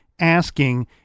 asking